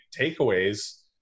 takeaways